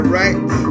right